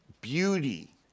beauty